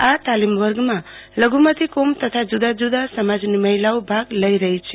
આ તાલીમ વર્ગમાં લઘુમતી કોમ તથા જુદા જુદા સમાજની મહિલાઓ ભાગ લઈ રહી છે